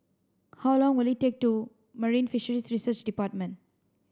how long will it take to Marine Fisheries Research Department